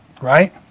Right